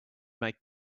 make